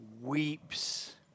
weeps